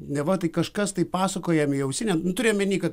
neva tai kažkas tai pasakoja jam į ausinę turiu omeny kad